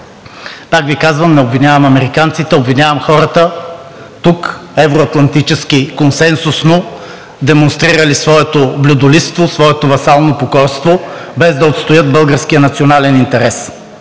Пак Ви казвам: не обвинявам американците. Обвинявам хората тук, евро-атлантически, консенсусно демонстрирали своето блюдолизство, своето васално покорство, без да отстоят българския национален интерес.